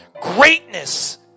greatness